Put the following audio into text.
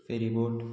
ferryboat